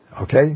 Okay